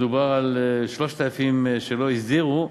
מדובר על 3,000 שלא הסדירו,